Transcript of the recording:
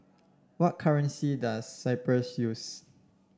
what currency does Cyprus use